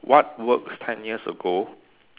what works ten years ago